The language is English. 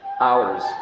hours